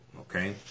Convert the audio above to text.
Okay